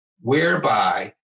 Whereby